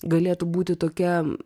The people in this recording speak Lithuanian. galėtų būti tokia